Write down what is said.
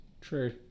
True